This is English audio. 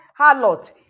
Harlot